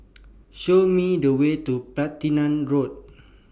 Show Me The Way to Platina Road